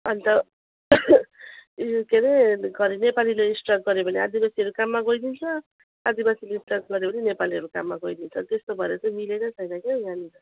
अन्त उयो के अरे घरि नेपालीले स्ट्राइक गर्यो भने आदिबासीहरू काममा गइदिन्छ आदिबासीले स्ट्राइक गर्यो भने नेपालीहरू काममा गइदिन्छ त्यस्तो भएर चाहिँ मिलेकै छैन क्याउ यहाँनिर